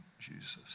Jesus